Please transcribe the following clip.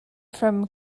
from